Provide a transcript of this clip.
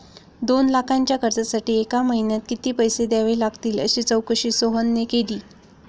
दोन लाखांच्या कर्जासाठी एका महिन्यात किती पैसे द्यावे लागतील अशी चौकशी सोहनने केली